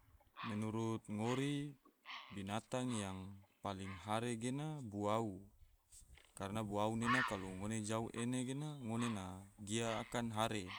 Menurut ngori binatang yang palling hare gena, buau, karna buau nena kalo ngone jau ena gena ngone na gia akan hare